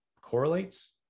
correlates